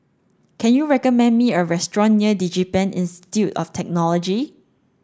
can you recommend me a restaurant near DigiPen Institute of Technology